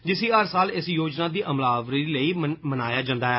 जिसी हर साल इस योजना दी अमलावरी लेई मनाया जन्दा ऐ